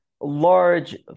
large